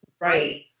Right